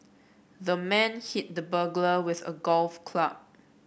the man hit the burglar with a golf club